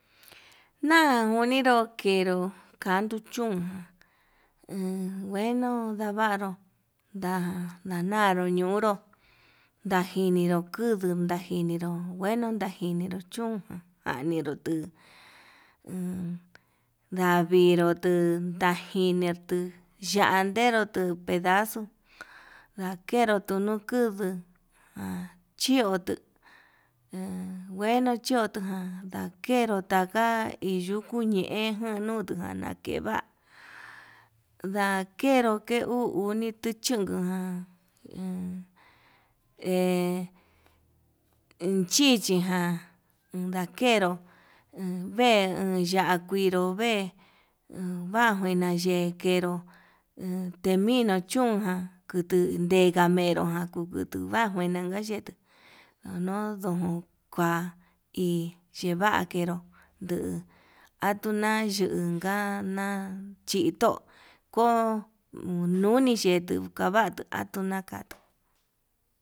Najuniru kenró caldu chún he ngueni ndavaru, nda'a danaru ñunruu ndajinirur kuduu ndajiniro no ngueno ndajiniru chún, njaniru tuu en ndaviru tuntajinertu yanderu tuu pedaxuu ndakeru tunuu kuduu, jan chiutu ha nguenu chiutu ján ndakeru taka iin yuku ñe'e januta nakeva'a ndakeru ke uu unitu chunkuján, he he chichiján undakenro vee enya'á kuinró uun vee vajuina yee ndejero temina chún ján kutuu ndeka menró ján kukutu njuan kenkuana yee tunuu ndon kua ichivakeró, nduu atunan yunka na'a chito'o ko'o nuni yetuu kavatu atunaka.